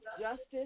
justice